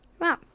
Wow